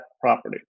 property